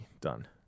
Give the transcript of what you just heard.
done